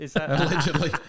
Allegedly